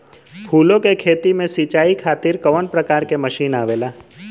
फूलो के खेती में सीचाई खातीर कवन प्रकार के मशीन आवेला?